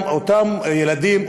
אותם ילדים,